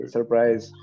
surprise